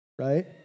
right